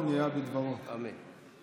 בבקשה, אדוני.